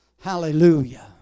hallelujah